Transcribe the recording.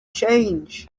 change